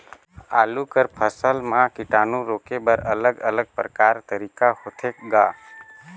आलू कर फसल म कीटाणु रोके बर अलग अलग प्रकार तरीका होथे ग?